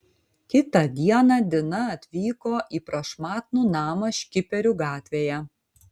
kitą dieną dina atvyko į prašmatnų namą škiperių gatvėje